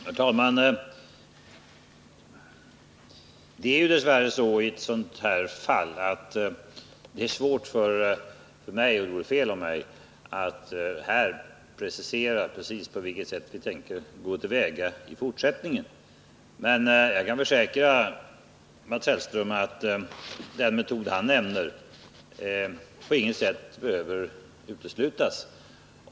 Herr talman! Det är dess värre så i ett sådant här fall att det är svårt för mig, ja, det vore också fel av mig, att precisera på vilket sätt vi tänker gå till väga i fortsättningen. Men jag kan försäkra Mats Hellström att den metod han nämnde på intet sätt behöver uteslutas.